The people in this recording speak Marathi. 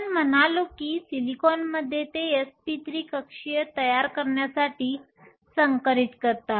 आपण म्हणालो की सिलिकॉनमध्ये ते sp3 कक्षीय तयार करण्यासाठी संकरित करतात